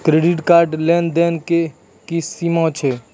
Credit card के लेन देन के की सीमा छै?